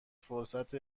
فرصت